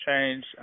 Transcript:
change